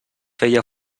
feia